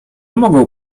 mogą